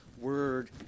word